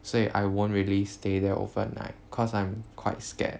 所以 I won't really stay there overnight cause I'm quite scared